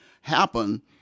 happen